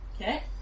Okay